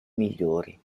migliori